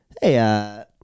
Hey